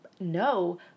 No